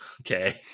okay